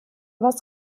was